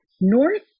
North